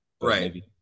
Right